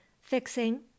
fixing—